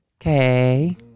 Okay